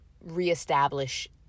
reestablish